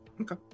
Okay